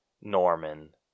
Norman